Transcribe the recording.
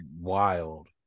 wild